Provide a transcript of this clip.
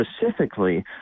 specifically